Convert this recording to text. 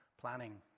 planning